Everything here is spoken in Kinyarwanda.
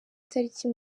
tariki